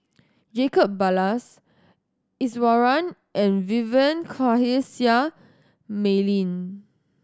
Jacob Ballas Iswaran and Vivien Quahe Seah Mei Lin